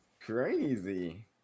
crazy